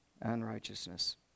Unrighteousness